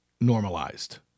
normalized